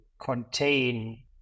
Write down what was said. contain